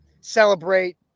celebrate